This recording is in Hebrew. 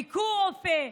ביקור רופא,